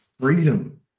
freedom